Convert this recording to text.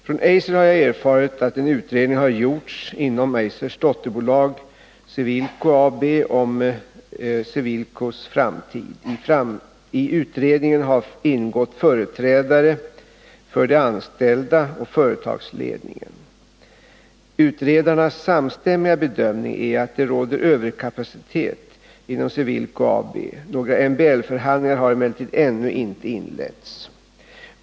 Från Eiser har jag erfarit att en utredning har gjorts inom Eisers dotterbolag Cewilko AB om Cewilkos framtid. I utredningen har ingått företrädare för de anställda och företagsledningen. Utredarnas samstämmiga bedömning är att det råder överkapacitet inom Cewilko AB. Några MBL-förhandlingar har emellertid ännu inte inletts.